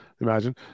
Imagine